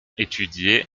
étudié